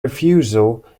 refusal